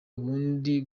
ubundi